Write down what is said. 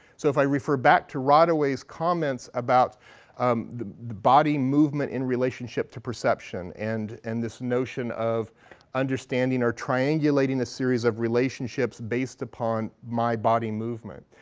so if i refer back to rodaway's comments about body movement in relationship to perception and and this notion of understanding or triangulating a series of relationships based upon my body movement.